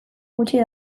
gutxik